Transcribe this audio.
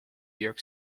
york